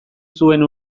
zuen